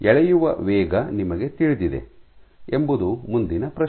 ಎಳೆಯುವ ವೇಗ ನಿಮಗೆ ತಿಳಿದಿದೆ ಎಂಬುದು ಮುಂದಿನ ಪ್ರಶ್ನೆ